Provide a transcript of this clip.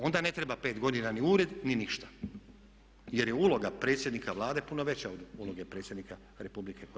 Onda ne treba 5 godina ni ured ni ništa jer je uloga predsjednika Vlade puno veća od uloge predsjednika Republike koja